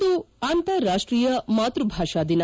ಇಂದು ಅಂತಾರಾಷ್ಷೀಯ ಮಾತ್ವಭಾಷಾ ದಿನ